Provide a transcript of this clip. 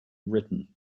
written